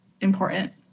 important